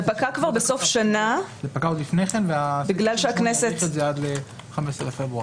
זה פקע עוד לפני כן והיינו צריכים להאריך את זה עד ל-15 בפברואר.